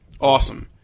Awesome